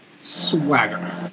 swagger